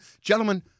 Gentlemen